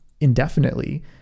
indefinitely